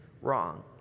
wrong